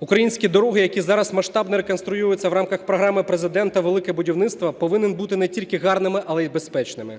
Українські дороги, які зараз масштабно реконструюються в рамках програми Президента "Велике будівництво", повинні бути не тільки гарними, але і безпечними.